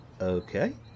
Okay